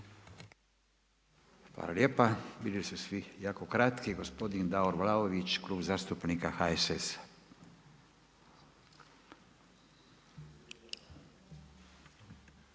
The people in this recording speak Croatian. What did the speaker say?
Hvala lijepa. Bili su svi jako kratki. Gospodin Davor Vlaović Klub zastupnika HSS-a.